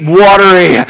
watery